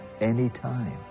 anytime